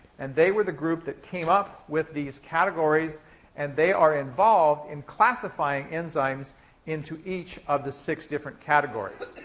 and they were the group that came up with these categories and they are involved in classifying enzymes into each of the six different categories.